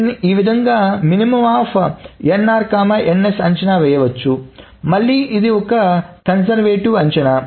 దీనిని ఈ విధముగా అంచనా వేయవచ్చు మళ్ళీ ఇది ఒక కన్జర్వేటివ్ అంచనా